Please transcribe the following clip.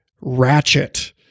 ratchet